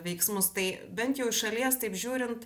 veiksmus tai bent jau šalies taip žiūrint